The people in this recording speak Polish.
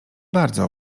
bardzo